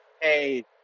Hey